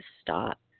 stop